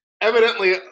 Evidently